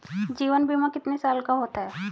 जीवन बीमा कितने साल का होता है?